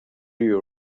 you